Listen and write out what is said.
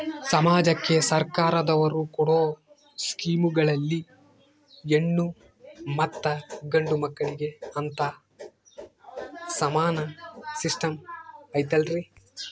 ಸಮಾಜಕ್ಕೆ ಸರ್ಕಾರದವರು ಕೊಡೊ ಸ್ಕೇಮುಗಳಲ್ಲಿ ಹೆಣ್ಣು ಮತ್ತಾ ಗಂಡು ಮಕ್ಕಳಿಗೆ ಅಂತಾ ಸಮಾನ ಸಿಸ್ಟಮ್ ಐತಲ್ರಿ?